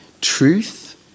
truth